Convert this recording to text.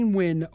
win